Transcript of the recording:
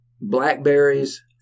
Blackberries